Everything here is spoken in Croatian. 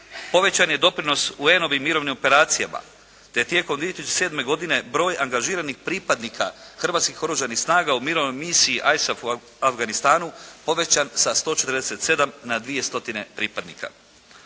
Povećan je doprinos UN-ovim mirovnim operacijama, te tijekom 2007. godine broj angažiranih pripadnika hrvatskih Oružanih snaga u Mirovnoj misiji ISAP u Afganistanu povećan sa 147 na dvije